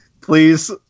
Please